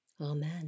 Amen